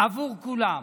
עבור כולם.